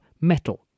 metal